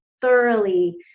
thoroughly